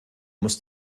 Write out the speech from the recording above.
muss